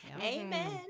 Amen